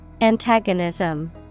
Antagonism